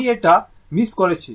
আমি এটা মিস করেছি